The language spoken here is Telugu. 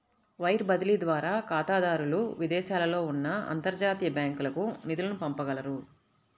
వైర్ బదిలీ ద్వారా ఖాతాదారులు విదేశాలలో ఉన్న అంతర్జాతీయ బ్యాంకులకు నిధులను పంపగలరు